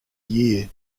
year